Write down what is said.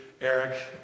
Eric